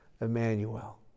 Emmanuel